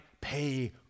pay